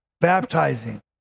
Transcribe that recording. Baptizing